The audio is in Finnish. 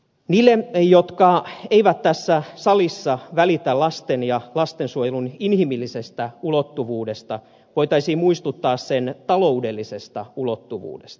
niille jotka eivät tässä salissa välitä lasten ja lastensuojelun inhimillisestä ulottuvuudesta voitaisiin muistuttaa sen taloudellisesta ulottuvuudesta